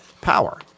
power